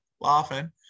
laughing